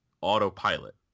autopilot